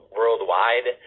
worldwide